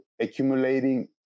accumulating